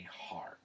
heart